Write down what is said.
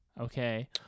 okay